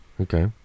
Okay